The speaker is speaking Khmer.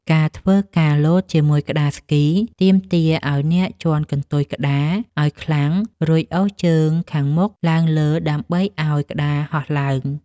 ការធ្វើការលោតជាមួយក្ដារស្គី ទាមទារឱ្យអ្នកជាន់កន្ទុយក្ដារឱ្យខ្លាំង រួចអូសជើងខាងមុខឡើងលើដើម្បីឱ្យក្ដារហោះឡើង។